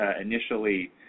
initially